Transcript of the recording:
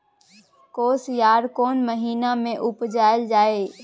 कोसयार कोन महिना मे उपजायल जाय?